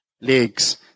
legs